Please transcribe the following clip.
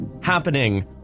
happening